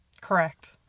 Correct